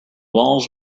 walls